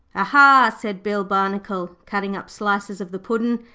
aha, said bill barnacle, cutting up slices of the puddin',